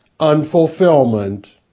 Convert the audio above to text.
unfulfillment